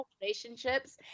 relationships